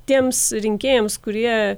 tiems rinkėjams kurie